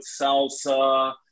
salsa